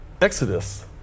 exodus